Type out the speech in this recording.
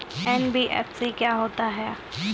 NBFC क्या होता है?